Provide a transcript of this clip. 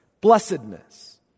Blessedness